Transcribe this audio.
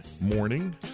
morning